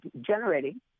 generating